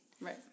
Right